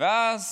ואז